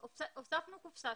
הוספנו עוד קופסה.